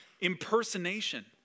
impersonation